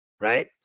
right